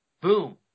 Boom